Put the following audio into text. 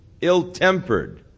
ill-tempered